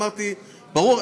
ברור,